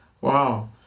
Wow